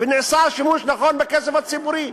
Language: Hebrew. ונעשה שימוש נכון בכסף הציבורי.